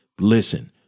listen